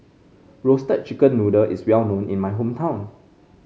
Roasted Chicken Noodle is well known in my hometown